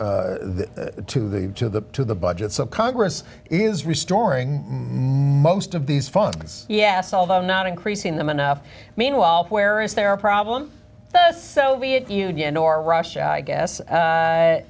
to the to the to the budget so congress is restoring most of these funds yes although not increasing the men up meanwhile where is there a problem though soviet union or russia i guess